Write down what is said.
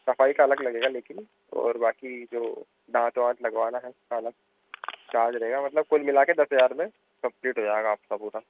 सफाई का अलग लगेगा लेकिन और बाक़ी जो दाँत वाँत लगवाना है उसका अलग चार्ज रहेगा मतलब कुल मिलाकर दस हज़ार में कम्पलीट हो जाएगा आपका पूरा